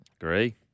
Agree